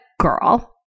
girl